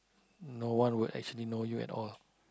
no one would actually know you at all